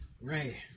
Ray